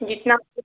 जितना आपको